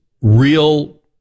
real